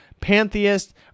pantheist